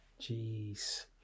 Jeez